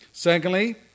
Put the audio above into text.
Secondly